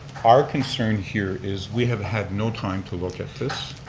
our concern here is we have had no time to look at this.